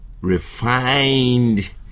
refined